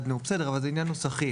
בסדר, אבל זה עניין נוסחי